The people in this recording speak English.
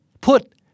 Put